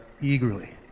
eagerly